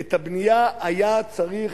את הבנייה היה צריך,